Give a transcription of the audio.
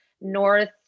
North